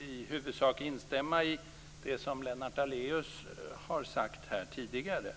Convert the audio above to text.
i huvudsak instämma i det som Lennart Daléus har sagt här tidigare.